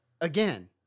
again